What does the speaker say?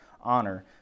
honor